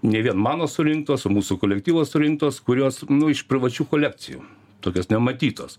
ne vien mano surinktos o mūsų kolektyvo surinktos kurios nu iš privačių kolekcijų tokios nematytos